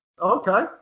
okay